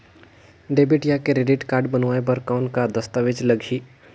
Debit या credit card बनवाय बर कौन का दस्तावेज लगही?